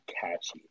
catchy